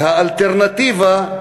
והאלטרנטיבה,